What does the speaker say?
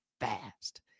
fast